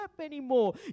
anymore